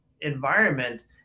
environment